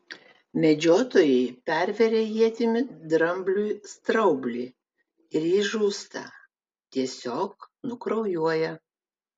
medžiotojai perveria ietimi drambliui straublį ir jis žūsta tiesiog nukraujuoja